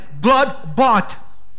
blood-bought